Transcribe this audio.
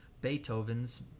Beethoven's